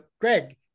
Greg